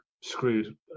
screwed